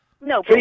No